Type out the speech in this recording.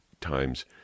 times